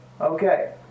Okay